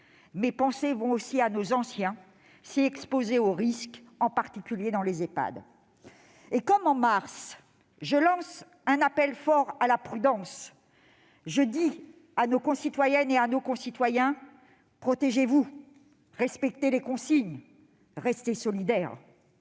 Mes pensées vont aussi à nos anciens, si exposés au risque, en particulier dans les Ehpad. Comme en mars, je lance un appel fort à la prudence. Je dis à nos concitoyennes et concitoyens : protégez-vous, respectez les consignes, restez solidaires.